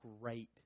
great